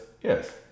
yes